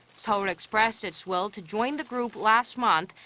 seoul expressed its will to join the group last month.